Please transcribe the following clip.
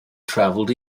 traveled